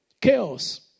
Chaos